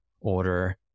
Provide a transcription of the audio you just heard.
order